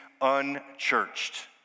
unchurched